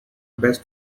best